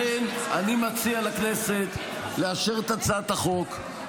לכן אני מציע לכנסת לאשר את הצעת החוק,